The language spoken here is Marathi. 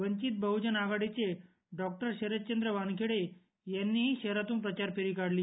वंचित बह्जन आघाडीचे डॉक्टर शरच्चंद्र वानखेडे यांनीही शहरातून प्रचार फेरी काढली